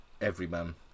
Everyman